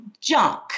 junk